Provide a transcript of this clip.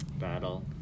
battle